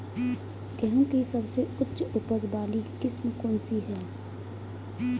गेहूँ की सबसे उच्च उपज बाली किस्म कौनसी है?